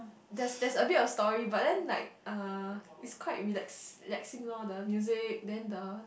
there's there's a bit of story but then like uh is quite relax relaxing loh the music then the